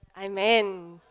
Amen